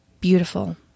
beautiful